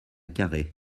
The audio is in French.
carhaix